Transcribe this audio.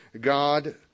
God